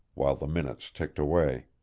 while the minutes ticked away.